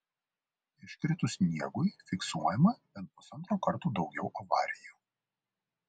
iškritus sniegui fiksuojama bent pusantro karto daugiau avarijų